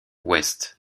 ouest